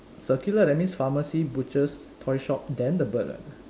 circular that means pharmacy butchers toy shop then the bird [what]